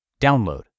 Download